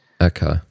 Okay